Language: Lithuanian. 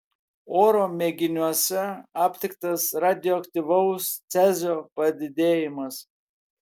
oro mėginiuose aptiktas radioaktyvaus cezio padidėjimas